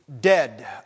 dead